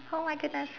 oh my goodness